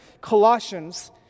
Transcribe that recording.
Colossians